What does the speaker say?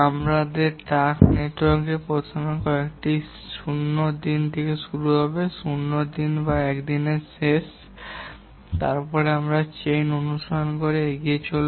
আমাদের টাস্ক নেটওয়ার্কে প্রথম কাজটি সর্বদা 0 দিন শুরু হবে যা 0 দিনের বা 1 দিনের শেষ এবং তারপরে আমরা চেইন অনুসরণ করে এগিয়ে কাজ করব